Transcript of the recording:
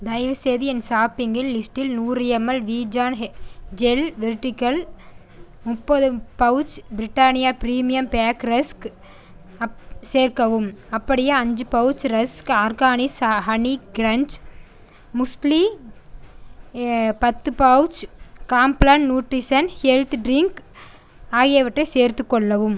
தயவுசெய்து என் ஷாப்பிங்கில் லிஸ்ட்டில் நூறு ml Vijohn hair gel vertical முப்பது pouch Britannia premium pack rusk சேர்க்கவும் அப்படியே அஞ்சு pouch rusk Organics honey crunch muesli பத்து pouch Complan nutrition health drink ஆகியவற்றை சேர்த்துக்கொள்ளவும்